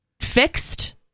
fixed